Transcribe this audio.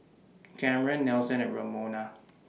Cameron Nelson and Ramona